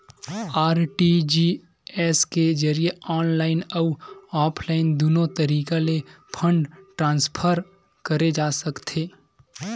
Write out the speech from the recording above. RTGS के जरिए online अउ ऑफलाइन दुनो तरीका ले फंड ट्रांसफर करे जा सकथे